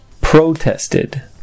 protested